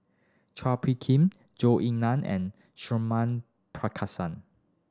Chua Phung Kim Zhou Ying Nan and Suratman